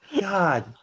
God